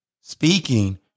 Speaking